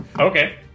okay